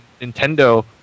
Nintendo